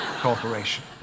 Corporation